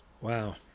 Wow